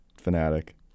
fanatic